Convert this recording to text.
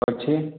କହୁଛି